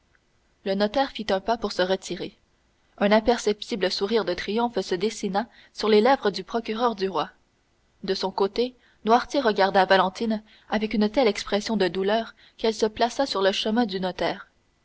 le notaire fit un pas pour se retirer un imperceptible sourire de triomphe se dessina sur les lèvres du procureur du roi de son côté noirtier regarda valentine avec une telle expression de douleur qu'elle se plaça sur le chemin du notaire